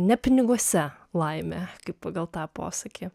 ne piniguose laimė kaip pagal tą posakį